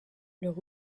leur